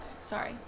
sorry